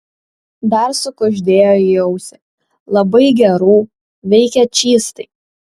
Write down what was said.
dar sukuždėjo į ausį labai gerų veikia čystai